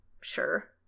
Sure